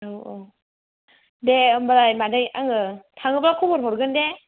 औ औ दे ओमबालाय मादै आङो थाङोबा खबर हरगोन दे